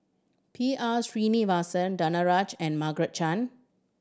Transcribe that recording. P R Sreenivasan Danaraj and Margaret Chan